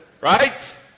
Right